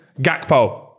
Gakpo